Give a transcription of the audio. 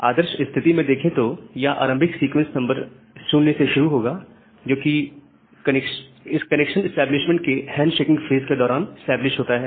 आदर्श स्थिति में देखें तो यह आरंभिक सीक्वेंस नंबर से शुरू होगा जोकि कनेक्शन इस्टैब्लिशमेंट के हैंड शेकिंग फेज के दौरान इस्टैबलिश होता है